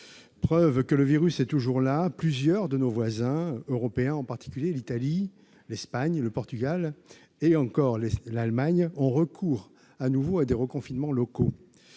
Preuve que le virus est toujours là, plusieurs de nos voisins européens, en particulier l'Italie, l'Espagne, le Portugal ou encore l'Allemagne, ont recours à des reconfinements locaux.